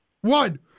one